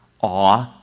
awe